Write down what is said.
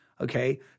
okay